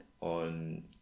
on